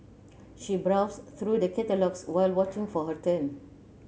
she browsed through the catalogues while waiting for her turn